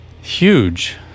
huge